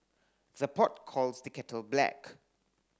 the pot calls the kettle black